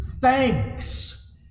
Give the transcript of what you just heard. thanks